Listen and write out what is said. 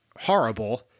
horrible